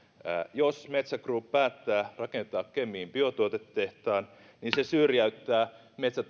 jos metsä group päättää rakentaa kemiin biotuotetehtaan niin se syrjäyttää